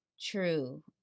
True